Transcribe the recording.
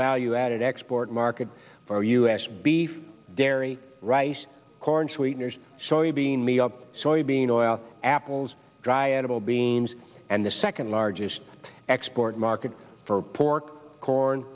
value added export market for u s beef dairy rice corn sweeteners soybean meal soybean oil apples dry edible beans and the second largest export market for pork corn